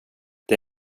det